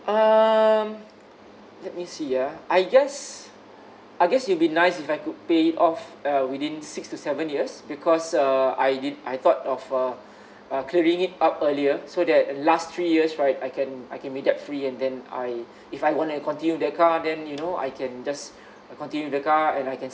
um let me see ah I guess I guess it'll be nice if I could pay it off uh within six to seven years because uh I didn't I thought of uh uh clearing it out earlier so that last three years right I can I can be debt free and then I if I want to continue the car then you know I can just continue the car and I can